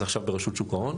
זה עכשיו ברשות שוק ההון,